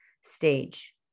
stage